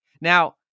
Now